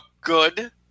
good